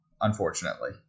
unfortunately